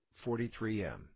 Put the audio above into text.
43m